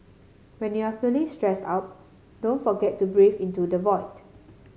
when you are feeling stressed out don't forget to breathe into the void